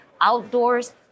outdoors